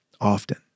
often